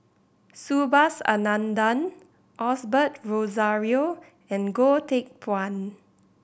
Subhas Anandan Osbert Rozario and Goh Teck Phuan